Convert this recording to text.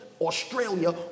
Australia